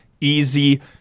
easy